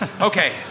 Okay